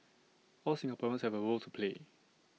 all Singaporeans have A role to play